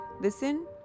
Listen